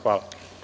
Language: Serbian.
Hvala.